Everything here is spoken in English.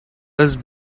just